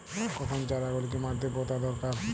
কখন চারা গুলিকে মাটিতে পোঁতা দরকার?